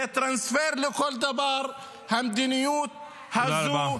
זה טרנספר לכל דבר, המדיניות הזו -- תודה רבה.